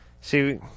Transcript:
see